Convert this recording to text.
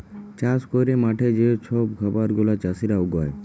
চাষ ক্যইরে মাঠে যে ছব খাবার গুলা চাষীরা উগায়